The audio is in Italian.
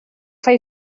fai